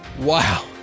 Wow